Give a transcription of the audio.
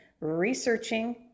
researching